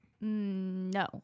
No